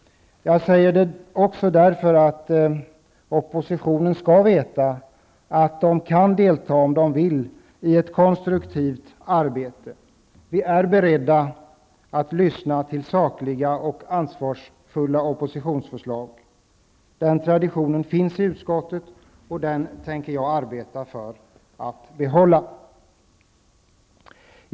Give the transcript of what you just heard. Men jag säger detta också därför att man i oppositionen skall veta att man, om så önskas, kan delta i ett konstruktivt arbete. Vi är beredda att lyssna till sakliga och ansvarsfulla oppositionsförslag. Den traditionen finns i utskottet, och jag tänker arbeta för ett bibehållande av denna.